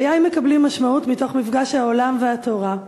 חיי מקבלים משמעות מתוך מפגש העולם והתורה.